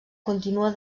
continua